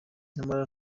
nyamara